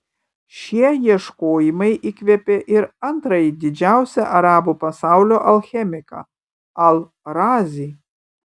šie ieškojimai įkvėpė ir antrąjį didžiausią arabų pasaulio alchemiką al razį